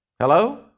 Hello